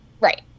Right